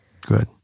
Good